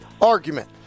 argument